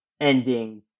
ending